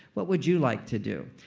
what would you like to do?